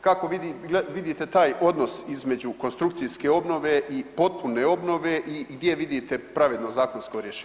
Kako vidite taj odnos između konstrukcijske obnove i potpune obnove i gdje vidite pravedno zakonsko rješenje?